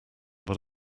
but